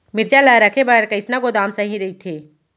मिरचा ला रखे बर कईसना गोदाम सही रइथे?